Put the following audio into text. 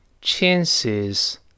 chances